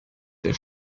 der